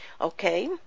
Okay